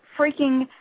freaking